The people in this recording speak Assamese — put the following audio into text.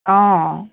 অঁ